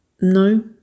No